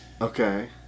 Okay